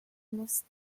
must